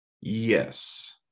Yes